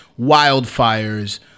wildfires